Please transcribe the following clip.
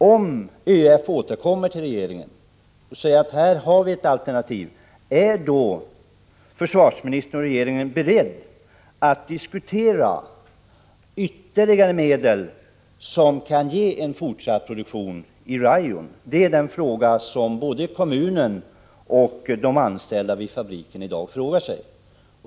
Om ÖEF återkommer till regeringen och säger: Här har vi ett alternativ som vi har fastnat för, är försvarsministern och regeringen då beredda att diskutera ytterligare medel, som kan ge fortsatt produktion vid Svenska Rayon? Det är den frågan som både kommunen och de anställda vid fabriken i dag ställer.